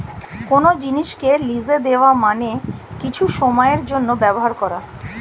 কোন জিনিসকে লিজে দেওয়া মানে কিছু সময়ের জন্যে ব্যবহার করা